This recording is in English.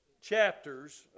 chapters